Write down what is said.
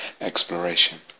exploration